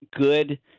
good